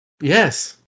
Yes